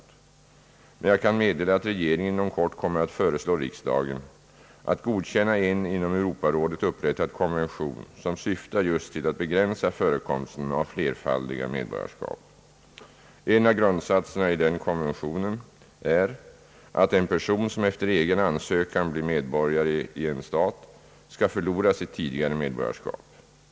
Jag kan emellertid meddela, att regeringen inom kort kommer att föreslå riksdagen att godkänna en inom Europarådet upprättad konvention, som syftar just till att begränsa förekomsten av flerfaldiga medborgarskap. En av grundsatserna i den konventionen är att en person som efter egen ansökan blir medborgare i en stat skall förlora sitt tidigare medborgarskap.